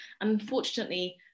Unfortunately